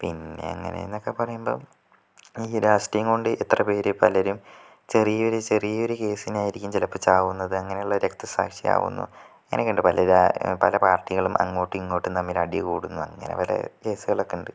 പിന്നേ അങ്ങനേന്നക്കെ പറയുമ്പം ഈ രാഷ്ട്രീയം കൊണ്ട് എത്ര പേര് പലരും ചെറിയൊരു ചെറിയൊരു കേസിനായിരിക്കും ചിലപ്പോൾ ചാവുന്നത് അങ്ങനെയുള്ള രക്തസാക്ഷി ആവുന്നു അങ്ങനൊക്കെ ഉണ്ട് പല രാ പല പാർട്ടികളും അങ്ങോട്ടും ഇങ്ങോട്ടും തമ്മിലടി കൂടുന്നു അങ്ങനെ പല കേസുകളക്കെ ഉണ്ട്